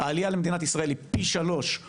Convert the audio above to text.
העלייה למדינת ישראל היא פי שלושה מהממוצע,